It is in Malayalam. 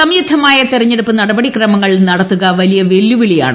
സംശുദ്ധമായ തെരഞ്ഞെടുപ്പ് ന്ടപടിക്രമങ്ങൾ നടത്തുക വലിയ വെല്ലുവിളിയാണ്